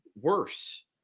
worse